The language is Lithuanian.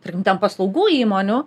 trkim ten paslaugų įmonių